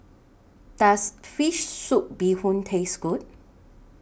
Does Fish Soup Bee Hoon Taste Good